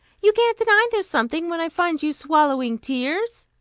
you can't deny there's something, when i find you swallowing tears